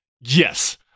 Yes